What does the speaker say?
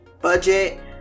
budget